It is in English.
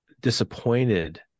disappointed